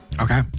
Okay